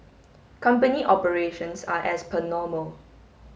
company operations are as per normal